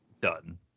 done